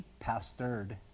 pastored